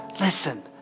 listen